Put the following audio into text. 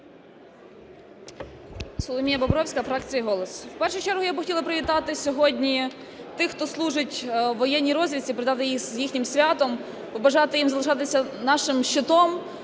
Соломія Бобровська, фракція "Голос". У першу чергу я б хотіла привітати сьогодні тих, хто служать у воєнній розвідці, привітати їх з їхнім святом, побажати їм залишатися нашим щитом